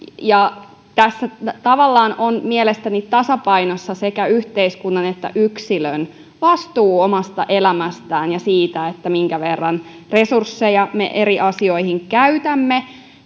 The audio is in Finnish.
tässä tavallaan on mielestäni tasapainossa sekä yhteiskunnan että yksilön vastuu omasta elämästään ja siitä minkä verran resursseja me eri asioihin käytämme